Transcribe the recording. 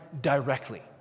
directly